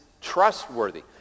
trustworthy